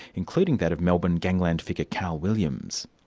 including that of melbourne gangland figure, karl williams.